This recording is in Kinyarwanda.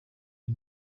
ari